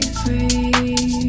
free